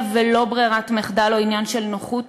ולא ברירת מחדל או עניין של נוחות,